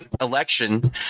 election